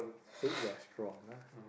Soup Restaurant ah